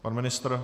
Pan ministr?